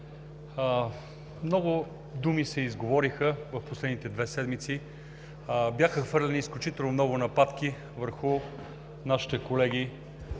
Много думи се изговориха през последните две седмици. Бяха хвърлени изключително много нападки върху нашите колеги